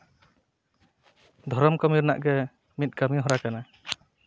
ᱫᱷᱚᱨᱚᱢ ᱠᱟᱹᱢᱤ ᱨᱮᱱᱟᱜ ᱜᱮ ᱢᱤᱫ ᱠᱟᱹᱢᱤᱦᱚᱨᱟ ᱠᱟᱱᱟ